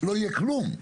לא יהיה כלום.